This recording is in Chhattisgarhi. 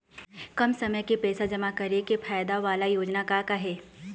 कम समय के पैसे जमा करे के फायदा वाला योजना का का हे?